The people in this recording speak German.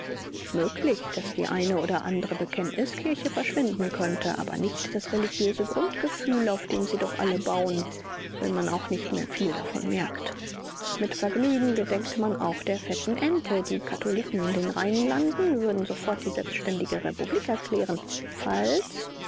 möglich daß die eine oder andere bekenntniskirche verschwinden könnte aber nicht das religiöse grundgefühl auf dem sie doch alle bauen wenn man auch nicht mehr viel davon merkt mit vergnügen gedenkt man auch der fetten ente die katholiken in den rheinlanden würden sofort die selbständige republik erklären falls